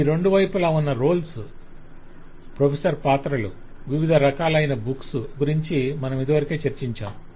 ఈ రెండు వైపుల ఉన్న రోల్స్ - ప్రొఫెసర్ పాత్రలు వివిధ రకాలైన బుక్స్ గురించి మనమిదివరకే చర్చించాం